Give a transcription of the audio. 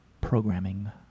programming